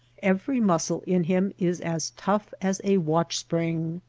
every muscle in him is as tough as a watch-spring.